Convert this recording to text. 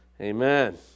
Amen